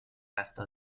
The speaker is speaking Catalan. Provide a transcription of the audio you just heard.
gasta